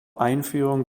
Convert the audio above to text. einführung